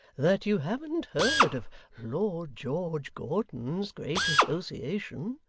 that you haven't heard of lord george gordon's great association?